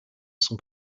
sont